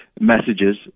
messages